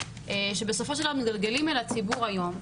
שבסופו של דבר מתגלגלים אל הציבור היום.